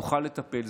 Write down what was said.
נוכל לטפל.